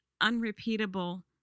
unrepeatable